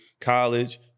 college